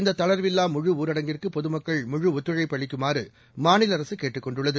இந்த தளாவில்லா முழு ஊரடங்கிற்கு பொதுமக்கள் முழு ஒத்துழைப்பு அளிக்குமாறு மாநில அரசு கேட்டுக் கொண்டுள்ளது